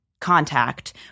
contact